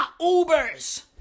Ubers